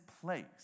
place